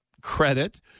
credit